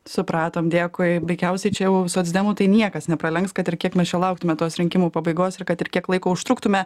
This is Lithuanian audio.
supratom dėkui veikiausiai čia jau socdemų tai niekas nepralenks kad ir kiek mes čia lauktume tos rinkimų pabaigos ir kad ir kiek laiko užtruktume